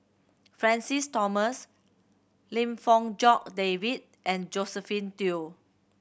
Francis Thomas Lim Fong Jock David and Josephine Teo